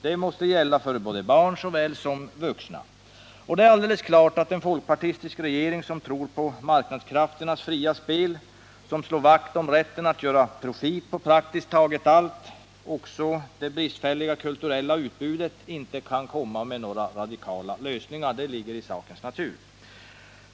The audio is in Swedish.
Det måste gälla för såväl barn som vuxna. Det är alldeles klart att en folkpartistisk regering, som tror på marknadskrafternas fria spel och som slår vakt om rätten att göra profit på praktiskt taget allt — också det bristfälliga kulturella utbudet — inte kan komma med några radikala lösningar. Det ligger i sakens natur.